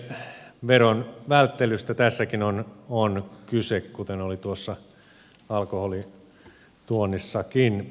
veron välttelystä tässäkin on kyse kuten oli tuossa alkoholituonnissakin